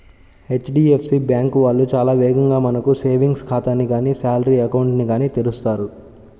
HDFC bank వాళ్ళు చాలా వేగంగా మనకు సేవింగ్స్ ఖాతాని గానీ శాలరీ అకౌంట్ ని గానీ తెరుస్తారు